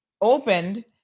opened